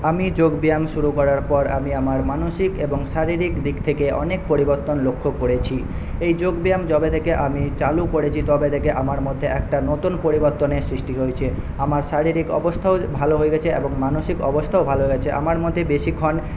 আমি যোগব্যায়াম শুরু করার পর আমি আমার মানসিক এবং শারীরিক দিক থেকে অনেক পরিবর্তন লক্ষ্য করেছি এই যোগব্যায়াম যবে থেকে আমি চালু করেছি তবে থেকে আমার মধ্যে একটা নতুন পরিবর্তনের সৃষ্টি হয়েছে আমার শারীরিক অবস্থাও ভালো হয়ে গেছে এবং মানসিক অবস্থাও ভালো হয়ে গেছে আমার মধ্যে বেশীক্ষণ